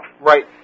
Right